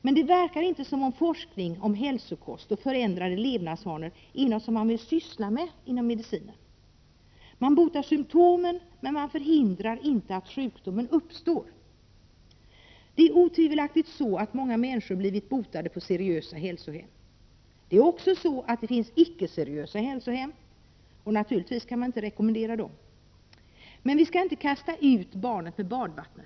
Men det verkar inte som om forskning om hälsokost och förändrade levnadsvanor är något som man vill syssla med inom medicinen. Man botar symtomen, men man förhindrar inte att sjukdom uppstår. Det är otvivelaktigt så, att många människor blivit botade på seriösa hälsohem. Det är också så, att det finns icke-seriösa hälsohem, och dem kan man naturligtvis inte rekommendera. Men låt oss inte kasta ut barnet med badvattnet.